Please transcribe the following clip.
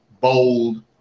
bold